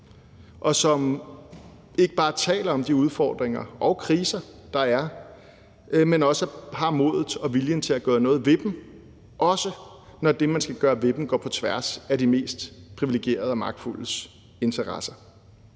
og som ikke bare taler om de udfordringer og kriser, der er, men også har modet og viljen til at gøre noget ved dem, også når det, man skal gøre ved dem, går på tværs af de mest privilegerede og magtfuldes interesser.